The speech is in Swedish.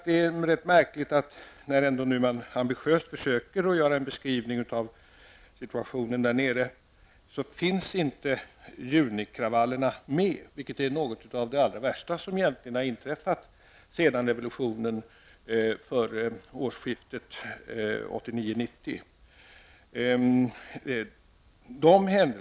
Det är rätt märkligt när man nu ändå rätt ambitiöst försöker att göra en beskrivning av situationen där nere, finns inte junikravallerna med. De är faktiskt något av det allra värsta som har inträffat sedan revolutionen före årsskiftet 1989-1990.